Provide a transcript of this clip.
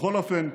בכל אופן,